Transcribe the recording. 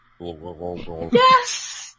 Yes